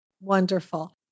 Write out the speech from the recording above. Wonderful